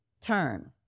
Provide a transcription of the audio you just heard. turn